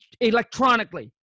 electronically